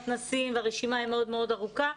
מתנ"סים והרשימה מאוד ארוכה.